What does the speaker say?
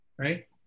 Right